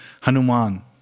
Hanuman